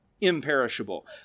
imperishable